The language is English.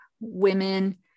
women